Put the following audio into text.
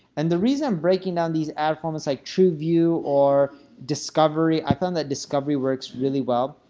and the reason i'm breaking down these ad formats like true view, or discovery, i found that discovery works really well,